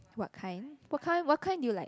what kind what kind what kind you like